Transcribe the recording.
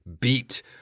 beat